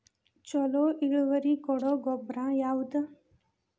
ಛಲೋ ಇಳುವರಿ ಕೊಡೊ ಗೊಬ್ಬರ ಯಾವ್ದ್?